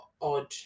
odd